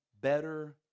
better